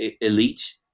elite